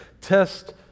test